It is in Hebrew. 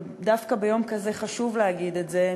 ודווקא ביום כזה חשוב להגיד את זה,